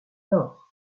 nord